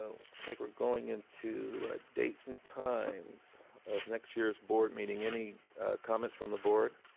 ah looks like we're going into dates and times of next year's board meeting, any comments from the board?